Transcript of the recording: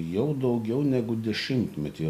jau daugiau negu dešimtmetį